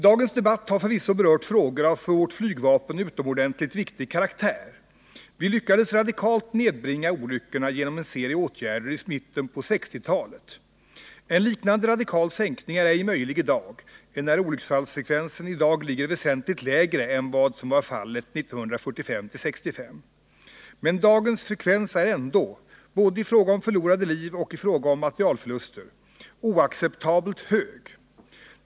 Dagens debatt har förvisso berört frågor av för vårt flygvapen utomordentligt viktig karaktär. Vi lyckades radikalt nedbringa olyckorna genom en serie åtgärder i mitten på 1960-talet. En liknande radikal sänkning är ej möjlig i dag, enär olycksfallsfrekvensen nu ligger väsentligt lägre än vad som var fallet 1945-1965. Men dagens frekvens är ändå — både i fråga om förlorade liv och i fråga om materielförluster — oacceptabelt hög.